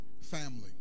family